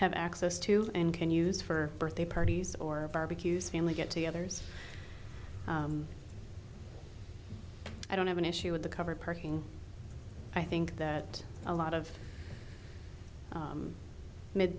have access to and can use for birthday parties or barbeques family get togethers i don't have an issue with the covered parking i think that a lot of